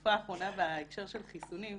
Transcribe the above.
בתקופה האחרונה בהקשר של חיסונים,